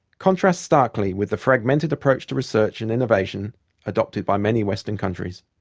contrasts starkly with the fragmented approach to research and innovation adopted by many western countries.